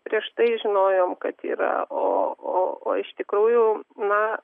prieš tai žinojom kad yra o o o iš tikrųjų na